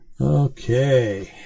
Okay